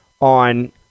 on